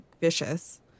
vicious